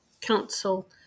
Council